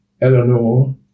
Eleanor